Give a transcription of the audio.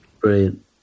Brilliant